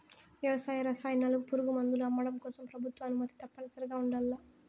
వ్యవసాయ రసాయనాలు, పురుగుమందులు అమ్మడం కోసం ప్రభుత్వ అనుమతి తప్పనిసరిగా ఉండల్ల